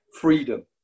freedom